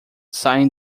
saem